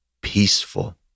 peaceful